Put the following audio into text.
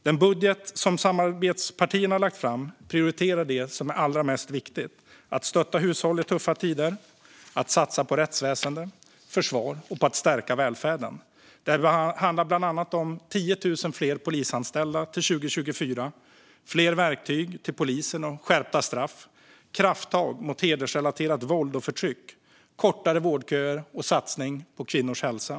Den budget som samarbetspartierna har lagt fram prioriterar det som är allra viktigast: att stötta hushåll i tuffa tider, att satsa på rättsväsen och försvar och att stärka välfärden. Det handlar bland annat om 10 000 fler polisanställda till 2024, fler verktyg till polisen och skärpta straff, krafttag mot hedersrelaterat våld och förtryck, kortare vårdköer och satsning på kvinnors hälsa.